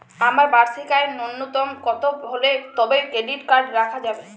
আমার বার্ষিক আয় ন্যুনতম কত হলে তবেই ক্রেডিট কার্ড রাখা যাবে?